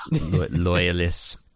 Loyalists